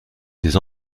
ses